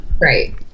Right